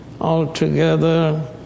altogether